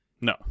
No